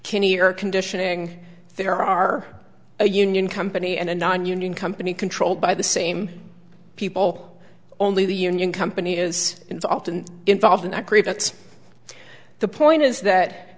kinny or conditioning there are a union company and a nonunion company controlled by the same people only the union company is involved and involved in that group that's the point is that